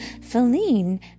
Feline